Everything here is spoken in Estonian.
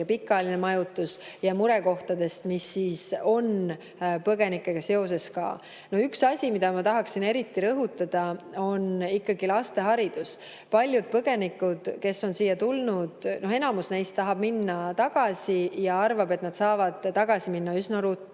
pikaajalisest majutusest, ja murekohtadest, mis on põgenikega seoses. Üks asi, mida ma tahan eriti rõhutada, on ikkagi laste haridus. Paljud põgenikud on siia tulnud, aga enamik neist tahab minna tagasi ja arvab, et nad saavad tagasi minna üsna ruttu.